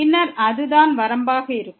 பின்னர் அதுதான் வரம்பாக இருக்கும்